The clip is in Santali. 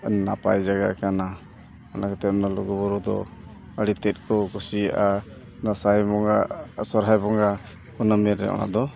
ᱱᱟᱯᱟᱭ ᱡᱟᱭᱜᱟ ᱠᱟᱱᱟ ᱚᱱᱟ ᱠᱷᱟᱹᱛᱤᱨ ᱚᱱᱟ ᱞᱩᱜᱩᱼᱵᱩᱨᱩ ᱫᱚ ᱟᱹᱰᱤ ᱛᱮᱫ ᱠᱚ ᱠᱩᱥᱤᱭᱟᱜᱼᱟ ᱫᱟᱸᱥᱟᱭ ᱵᱚᱸᱜᱟ ᱟᱨ ᱥᱚᱦᱚᱨᱟᱭ ᱵᱚᱸᱜᱟ ᱠᱩᱱᱟᱹᱢᱤ ᱨᱮ ᱚᱱᱟᱫᱚ